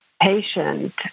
patient